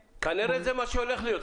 כנראה זה מה שהולך להיות,